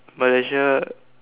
Malaysia